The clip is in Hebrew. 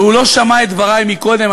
והוא לא שמע את דברי מקודם,